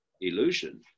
illusion